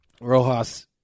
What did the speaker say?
Rojas